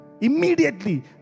immediately